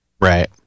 Right